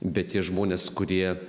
bet tie žmonės kurie